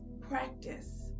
practice